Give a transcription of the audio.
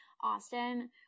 austin